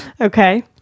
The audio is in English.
Okay